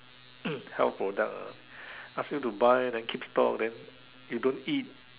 health product ah ask you to buy then keep stock then you don't eat